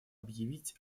объявить